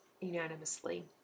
unanimously